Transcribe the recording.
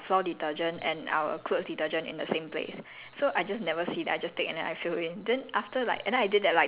I I was washing the clothes right then because at that time right we put our floor detergent and our clothes detergent in the same place